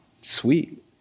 sweet